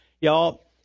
Y'all